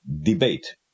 debate